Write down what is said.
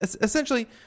Essentially